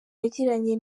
yagiranye